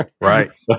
Right